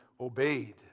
obeyed